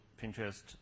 Pinterest